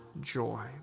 joy